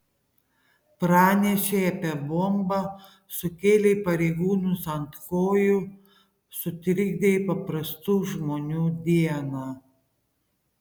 pranešei apie bombą sukėlei pareigūnus ant kojų sutrikdei paprastų žmonių dieną